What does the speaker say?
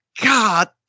God